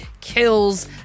kills